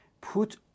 put